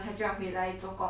mm 对 lor